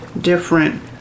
different